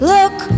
Look